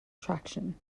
traction